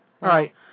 right